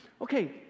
okay